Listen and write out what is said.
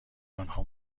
آنها